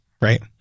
Right